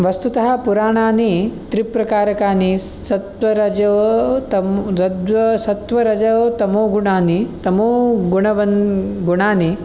वस्तुतः पुराणानि त्रिप्रकारकानि सत्त्व रजो तम रज्जो सत्त्व रजो तमो गुणानि तमो गुणवन् गुणानि